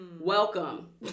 Welcome